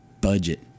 budget